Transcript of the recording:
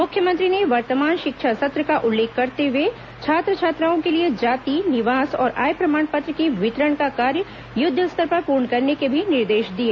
मुख्यमंत्री ने वर्तमान शिक्षा सत्र का उल्लेख करते हए छात्र छात्राओं के लिए जाति निवास और आय प्रेमाण पत्र वितरण का कार्य युद्व स्तर पर पूर्ण करने के भी निर्देश दिए